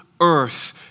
earth